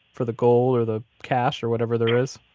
for the gold or the cash or whatever there is?